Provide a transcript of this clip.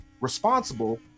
Responsible